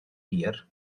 hir